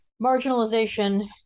marginalization